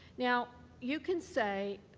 now, you can say,